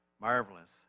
marvelous